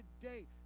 today